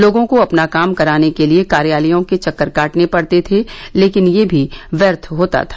लोगों को अपना काम कराने के लिए कार्यालयों के चक्कर काटने पड़ते थे लेकिन यह भी व्यर्थ होता था